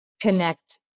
connect